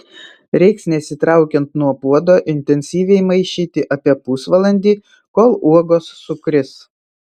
reiks nesitraukiant nuo puodo intensyviai maišyti apie pusvalandį kol uogos sukris